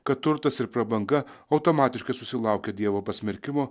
kad turtas ir prabanga automatiškai susilaukia dievo pasmerkimo